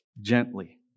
gently